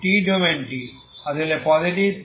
t ডোমেনটি আসলে positive